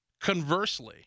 Conversely